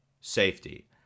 safety